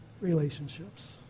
relationships